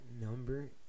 number